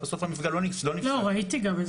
בסוף המפגע לא --- ראיתי גם,